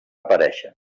aparèixer